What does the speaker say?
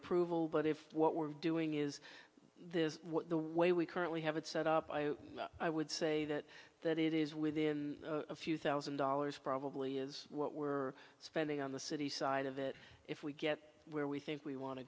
approval but if what we're doing is this the way we currently have it set up i would say that that it is within a few thousand dollars probably is what we're spending on the city side of it if we get where we think we want to